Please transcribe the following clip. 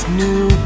new